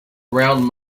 round